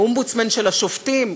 האומבודסמן של השופטים,